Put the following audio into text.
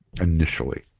initially